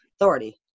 authority